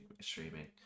streaming